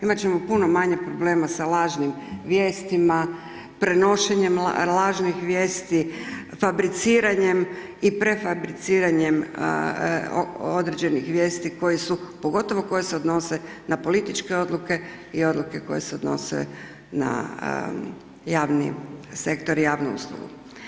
Imat ćemo puno manje problema sa lažnim vijestima, prenošenjem lažnih vijesti, fabriciranjem i prefabriciranjem određenih vijesti koje su pogotovo koje se odnose na političke odluke i odluke koje se odnose na javni sektor i javnu uslugu.